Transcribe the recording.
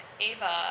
Ava